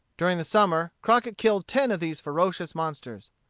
during the summer, crockett killed ten of these ferocious monsters.